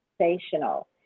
sensational